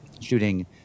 shooting